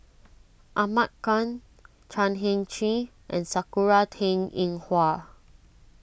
Ahmad Khan Chan Heng Chee and Sakura Teng Ying Hua